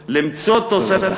למצוא, תודה.